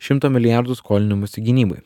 šimto milijardų skolinimosi gynybai